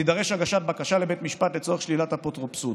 תידרש הגשת בקשה לבית המשפט לצורך שלילת אפוטרופסות.